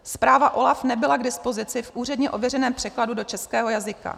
Zpráva OLAF nebyla k dispozici v úředně ověřeném překladu do českého jazyka.